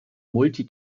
multi